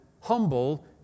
humble